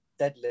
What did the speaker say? deadlift